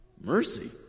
Mercy